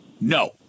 No